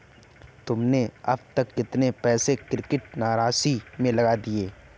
तुमने अब तक कितने पैसे क्रिप्टो कर्नसी में लगा दिए हैं?